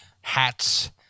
hats